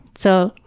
so,